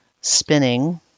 spinning